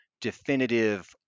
definitive